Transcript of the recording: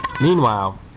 Meanwhile